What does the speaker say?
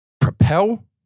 propel